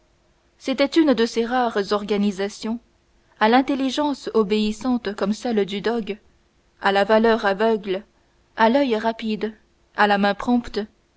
c'était une de ces rares organisations à l'intelligence obéissante comme celle du dogue à la valeur aveugle à l'oeil rapide à la main